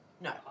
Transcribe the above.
No